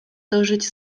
dożyć